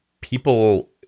people